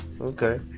Okay